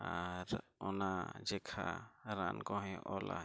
ᱟᱨ ᱚᱱᱟ ᱡᱚᱠᱷᱟ ᱨᱟᱱ ᱠᱚᱦᱚᱸᱭ ᱚᱞᱟᱭ